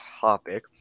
topic